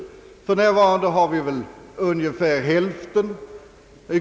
För närvarande har vi ju ungefär hälften.